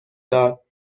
داد